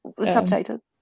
subtitle